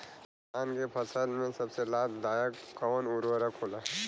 धान के फसल में सबसे लाभ दायक कवन उर्वरक होला?